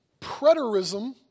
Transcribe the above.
Preterism